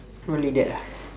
only that ah